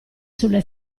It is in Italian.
sulle